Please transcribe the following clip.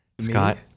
Scott